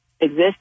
Exist